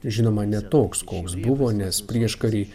žinoma ne toks koks buvo nes prieškary